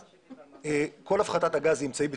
כל הפחתת הגז היא אמצעי בטיחות,